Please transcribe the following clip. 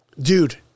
Dude